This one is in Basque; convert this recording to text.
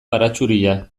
baratxuria